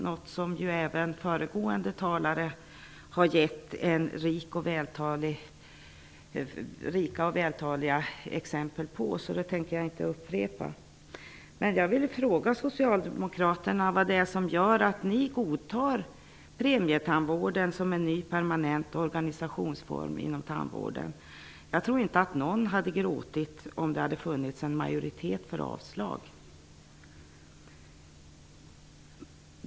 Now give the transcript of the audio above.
Eftersom föregående talare har givit rika och vältaliga exempel tänker jag inte upprepa det. Jag tror inte att någon hade gråtit om det hade funnits en majoritet för avslag.